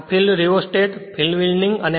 આ field rheostat field winding છે